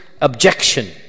objection